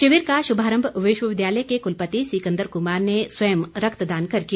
शिविर का शुभारंभ विश्वविद्यालय के कुलपति सिकंदर कुमार ने स्वयं रक्तदान कर किया